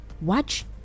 Watch